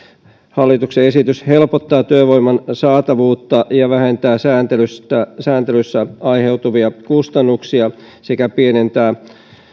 hallituksen esitys helpottaa työvoiman saatavuutta ja vähentää sääntelystä sääntelystä aiheutuvia kustannuksia sekä pienentää